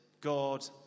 God